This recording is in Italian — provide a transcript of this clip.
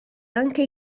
anche